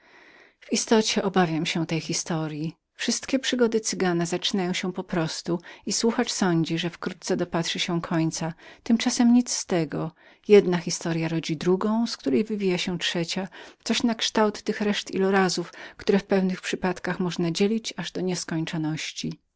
w istocie obawiam się tej historyi wszystkie przygody cygana zaczynają się po prostu i słuchacz sądzi że wkrótce dopatrzy się końca tymczasem nic z tego jedna historya rodzi drugą z której wywija się trzecia coś nakształt tych resztek ilorazów które w pewnych przypadkach można rozdrobić aż do nieskończonościnieskończoności